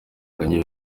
kanye